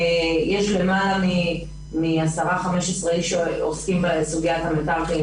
יש למעלה מ-15-10 אנשים שעוסקים בסוגיה הזאת.